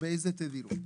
ובאיזו תדירות?"